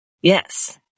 Yes